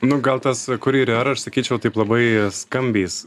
nu gal tas kurjerių era aš sakyčiau taip labai skambiais